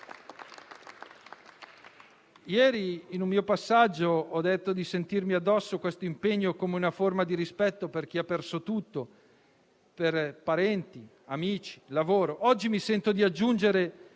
mio intervento di ieri ho detto di sentirmi addosso questo impegno come una forma di rispetto per chi ha perso tutto, parenti, amici, lavoro. Oggi mi sento di aggiungere